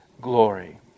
glory